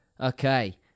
Okay